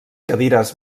cadires